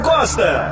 Costa